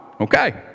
Okay